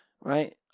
right